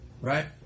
Right